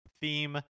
theme